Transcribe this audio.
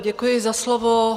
Děkuji za slovo.